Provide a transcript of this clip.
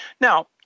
Now